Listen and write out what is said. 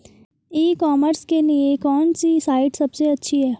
ई commerce के लिए कौनसी साइट सबसे अच्छी है?